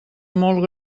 molt